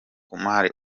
kumar